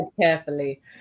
carefully